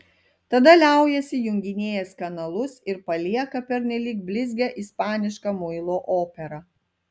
tada liaujasi junginėjęs kanalus ir palieka pernelyg blizgią ispanišką muilo operą